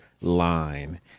line